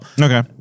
Okay